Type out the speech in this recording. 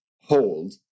hold